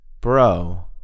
Bro